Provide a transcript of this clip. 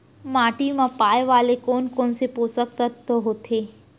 माटी मा पाए वाले कोन कोन से पोसक तत्व होथे?